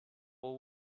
will